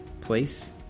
place